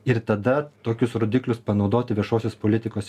ir tada tokius rodiklius panaudoti viešosios politikos